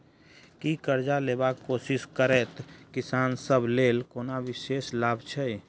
की करजा लेबाक कोशिश करैत किसान सब लेल कोनो विशेष लाभ छै?